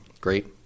great